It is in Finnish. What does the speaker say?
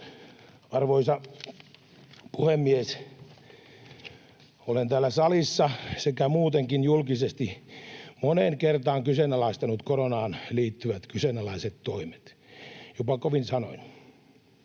Arvoisa puhemies! Olen täällä salissa sekä muutenkin julkisesti moneen kertaan kyseenalaistanut koronaan liittyvät kyseenalaiset toimet, jopa kovin sanoin.